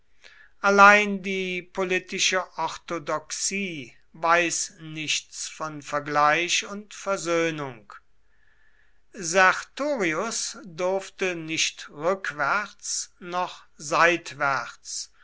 allein die politische orthodoxie weiß nichts von vergleich und versöhnung sertorius durfte nicht rückwärts noch seitwärts